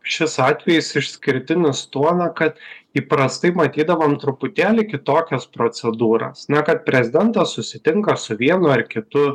šis atvejis išskirtinis tuo na kad įprastai matydavom truputėlį kitokias procedūras na kad prezidentas susitinka su vienu ar kitu